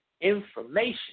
information